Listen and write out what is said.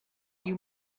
you